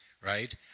right